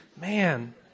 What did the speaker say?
Man